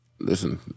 Listen